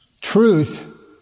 truth